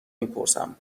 میپرسم